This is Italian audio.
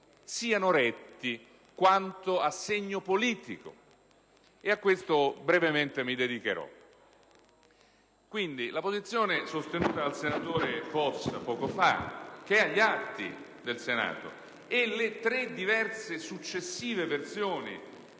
siano retti quanto a segno politico. E a questo brevemente mi dedicherò. La posizione sostenuta dal senatore Possa poco fa, che è agli atti del Senato, e le tre diverse successive versioni